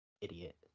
Idiot